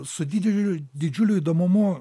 su dideliu didžiuliu įdomumu